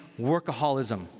workaholism